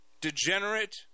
degenerate